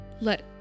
let